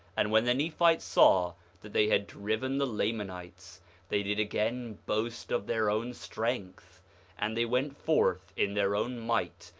and when the nephites saw that they had driven the lamanites they did again boast of their own strength and they went forth in their own might,